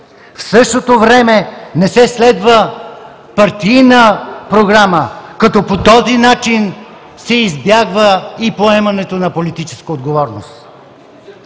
В същото време не се следва партийна програма, като по този начин се избягва и поемането на политическа отговорност.